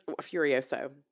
Furioso